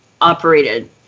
operated